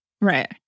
Right